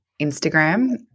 Instagram